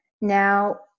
Now